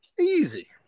Easy